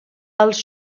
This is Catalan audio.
els